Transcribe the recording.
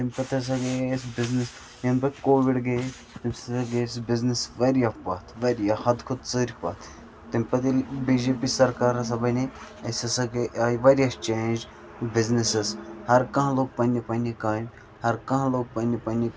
تمہِ پَتہٕ ہَسا گٔیے اَسہِ بِزنٮ۪س یَنہ پَتہٕ کووِڈ گٔیے تمہ سۭتۍ ہَسا گٔیے سُہ بِزنٮ۪س واریاہ پتھ واریاہ حَد کھۄتہٕ ژٔرۍ پتھ تمہ پَتہٕ ییٚلہِ بی جے پی سَرکار ہَسا بَنے اَسہِ ہَسا گٔیے آیہِ واریاہ چینٛج بِزنٮ۪سَس ہَر کانٛہہ لوٚگ پَننہِ پَننہِ کامہِ ہَر کانٛہہ لوٚگ پَننہِ پَننہِ